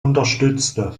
unterstützte